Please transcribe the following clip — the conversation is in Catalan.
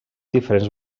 diferents